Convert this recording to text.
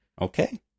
Okay